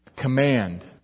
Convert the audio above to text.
Command